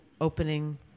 opening